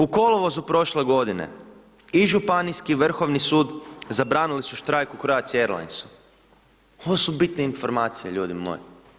U kolovozu prošle godine, i županijski Vrhovni sud, zabranili su štrajk u Croatia Airlinesu, ovo su bitne informacije ljudi moji.